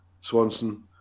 Swanson